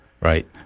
Right